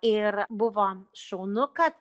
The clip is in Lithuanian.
ir buvo šaunu kad